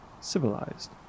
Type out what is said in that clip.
civilized